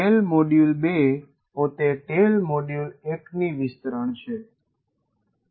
ટેલ module 2 પોતે tail module 1 નું વિસ્તરણ છે